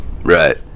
Right